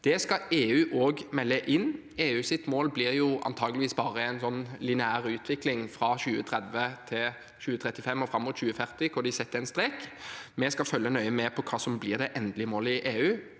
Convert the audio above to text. Det skal EU også melde inn. EUs mål blir antakeligvis bare en lineær utvikling fra 2030 til 2035 og fram mot 2040, hvor de setter en strek. Vi skal følge nøye med på hva som blir det endelige målet i EU,